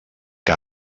que